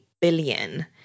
billion